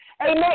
Amen